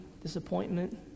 disappointment